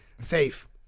Safe